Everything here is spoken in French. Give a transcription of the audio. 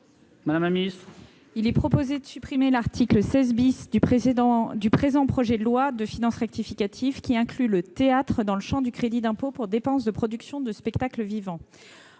Mme la ministre déléguée. Il s'agit de supprimer l'article 16 du présent projet de loi de finances rectificative, qui inclut le théâtre dans le champ du crédit d'impôt pour dépenses de production de spectacles vivants.